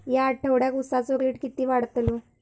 या आठवड्याक उसाचो रेट किती वाढतलो?